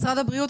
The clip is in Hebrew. משרד הבריאות,